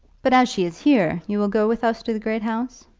but as she is here, you will go with us to the great house?